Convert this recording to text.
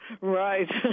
Right